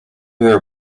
their